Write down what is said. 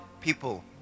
people